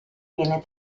viene